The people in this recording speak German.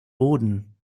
boden